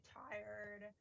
tired